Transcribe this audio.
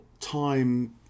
time